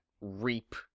reap